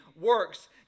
works